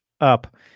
up